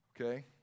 Okay